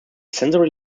sensory